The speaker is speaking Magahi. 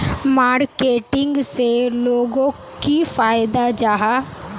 मार्केटिंग से लोगोक की फायदा जाहा?